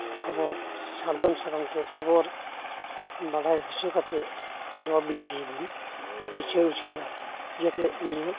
ᱠᱷᱚᱵᱚᱨ ᱥᱟᱨᱡᱚᱢ ᱥᱟᱠᱟᱢᱛᱮ ᱠᱷᱚᱵᱚᱨ ᱵᱟᱰᱟᱭ ᱦᱚᱪᱚ ᱠᱟᱛᱮᱫ ᱞᱚᱼᱵᱤᱨ ᱨᱮᱵᱚᱱ ᱵᱤᱪᱟᱹᱨ ᱦᱚᱪᱚᱭᱟ ᱡᱮᱴᱮᱡ ᱱᱤᱭᱟᱹ